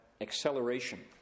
acceleration